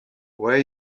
where